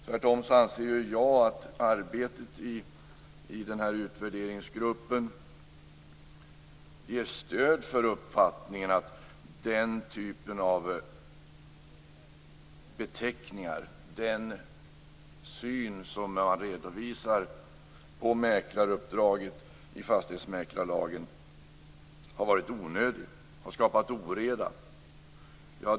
Tvärtom anser jag att arbetet i utvärderingsgruppen ger stöd för uppfattningen att den typen av beteckningar och den syn som man redovisar på mäklaruppdraget i fastighetsmäklarlagen har varit onödig och skapat oreda.